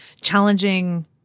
challenging